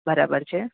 બરાબર છે